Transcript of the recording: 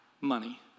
money